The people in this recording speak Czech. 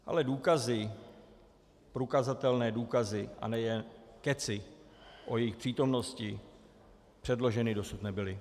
Ale důkazy, prokazatelné důkazy a nejen kecy o jejich přítomnosti předloženy dosud nebyly.